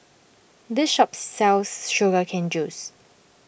this shop sells Sugar Cane Juice